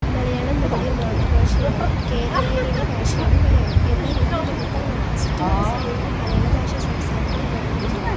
മലയാളം നമ്മുടെ മാതൃഭാഷയാണ് കേരളീയരുടെ ഭാഷയാണ് മലയാളം എന്നാൽ ഇന്ന് നമുക്ക് ചുറ്റുമുള്ള സമൂഹം മലയാളഭാഷ സംസാരിക്കാൻ മടിക്കുന്നവരാണ്